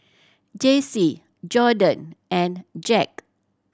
Jessee Jordyn and Jack